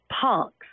punks